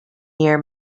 near